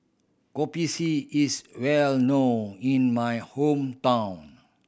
Kopi C is well known in my hometown